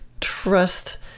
trust